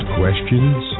questions